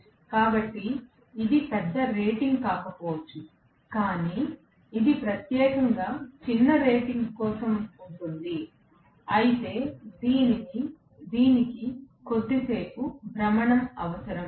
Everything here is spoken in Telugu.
కాబట్టి ఇది పెద్ద రేటింగ్ కాకపోవచ్చు కానీ ఇది ప్రత్యేకంగా చిన్న రేటింగ్ కోసం ఉంటుంది అయితే దీనికి కొద్దిసేపు భ్రమణం అవసరం